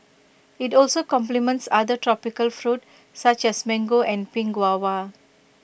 IT also complements other tropical fruit such as mango and pink guava